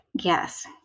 Yes